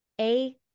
a-